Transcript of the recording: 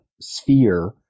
sphere